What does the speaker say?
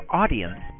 audience